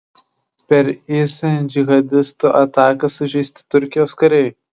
per is džihadistų ataką sužeisti turkijos kariai